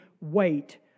wait